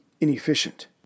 inefficient